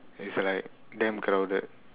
it's like damn crowded